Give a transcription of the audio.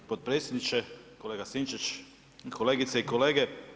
potpredsjedniče, kolega Sinčić, kolegice i kolege.